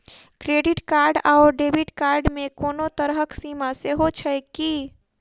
Credit card आओर debit card मे कोनो तरहक सीमा सेहो छैक की?